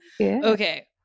Okay